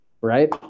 right